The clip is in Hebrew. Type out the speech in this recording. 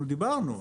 אנחנו דיברנו.